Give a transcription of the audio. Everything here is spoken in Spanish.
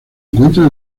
encuentra